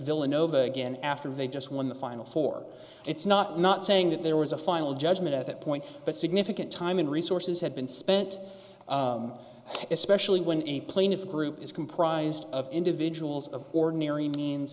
villanova again after they just won the final four it's not not saying that there was a final judgment at that point but significant time and resources have been spent especially when a plaintiff group is comprised of individuals of ordinary means